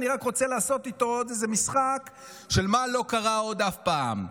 אני רק רוצה לעשות איתו עוד איזה משחק של מה עוד לא קרה אף פעם.